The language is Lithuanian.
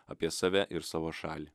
apie save ir savo šalį